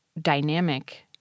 dynamic